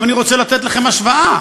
עכשיו, אני רוצה לתת לכם השוואה.